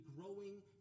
growing